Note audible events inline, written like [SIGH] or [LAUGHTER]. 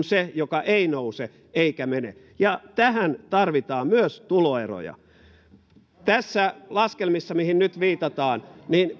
[UNINTELLIGIBLE] se joka ei nouse eikä mene ja tähän tarvitaan myös tuloeroja näissä laskelmissa mihin nyt viitataan